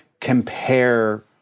compare